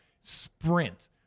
Sprint